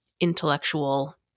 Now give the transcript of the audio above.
intellectual